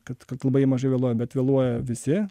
kad kad labai mažai vėluoja bet vėluoja visi